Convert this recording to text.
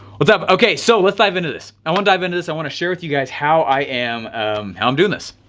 what's up okay, so let's dive into this. i won't dive into this. i wanna share with you guys how i am how i'm doing this.